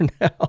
now